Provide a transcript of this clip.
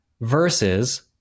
versus